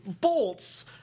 bolts